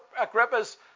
Agrippa's